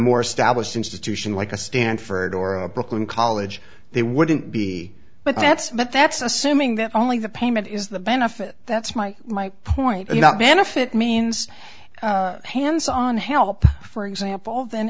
more established institution like a stanford or a brooklyn college they wouldn't be but that's but that's assuming that only the payment is the benefit that's my my point and not benefit means hands on help for example th